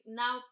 now